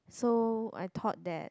so I thought that